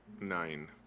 Nine